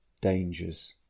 dangers